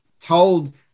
told